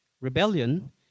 Rebellion